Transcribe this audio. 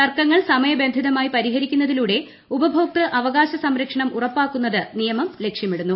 തർക്കങ്ങൾ സമയബന്ധിതമായി പരിഹരിക്കുന്നതിലൂടെ ഉപഭോക്തൃ അവകാശ സംരക്ഷണം ഉറപ്പാക്കുന്നത് നിയമം ലക്ഷ്യമിടുന്നു